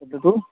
वदतु